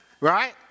right